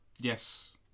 yes